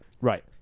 Right